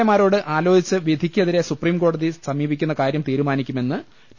A മാരോട് ആലോചിച്ച് വിധിക്കെതിരെ സുപ്രീംകോടതിയെ സമീപിക്കുന്ന കാര്യം തീരു മാനിക്കുമെന്ന് ടി